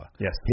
Yes